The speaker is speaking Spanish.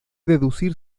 deducir